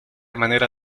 manera